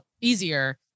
easier